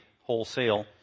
wholesale